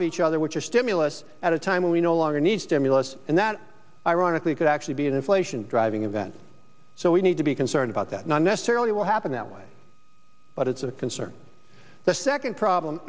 of each other which are stimulus at a time when we no longer need stimulus and that ironically could actually be an inflation driving event so we need to be concerned about that not necessarily will happen that way but it's a concern the second problem